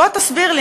בוא תסביר לי,